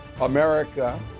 America